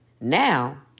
Now